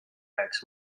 jääks